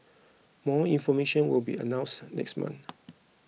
more information will be announced next month